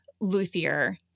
luthier